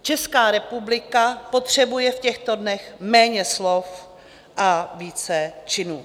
Česká republika potřebuje v těchto dnech méně slov a více činů.